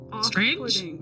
strange